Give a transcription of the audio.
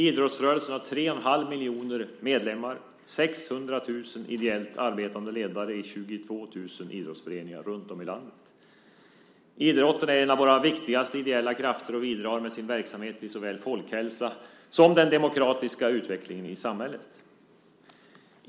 Idrottsrörelsen har 3 1⁄2 miljoner medlemmar och 600 000 ideellt arbetande ledare i 22 000 idrottsföreningar runtom i landet. Idrotten är en av våra viktigaste ideella krafter och bidrar med sin verksamhet till såväl folkhälsa som till den demokratiska utvecklingen i samhället.